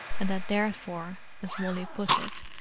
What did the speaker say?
and that therefore, as wally put it,